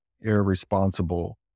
irresponsible